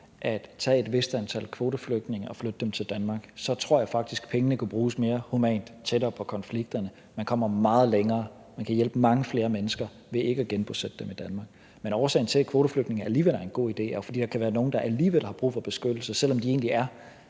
at tage et vist antal kvoteflygtninge og flytte dem til Danmark. Så tror jeg faktisk, at pengene kunne bruges mere humant tættere på konflikterne. Man kommer meget længere, man kan hjælpe mange flere mennesker ved ikke at genbosætte dem i Danmark. Men årsagen til, at kvoteflygtninge alligevel er en god idé, er, at der kan være nogle, der har brug for beskyttelse, selv om de egentlig er